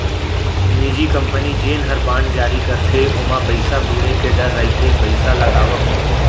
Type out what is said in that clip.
निजी कंपनी जेन हर बांड जारी करथे ओमा पइसा बुड़े के डर रइथे पइसा लगावब म